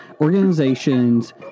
organizations